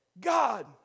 God